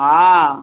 हा